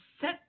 set